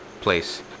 place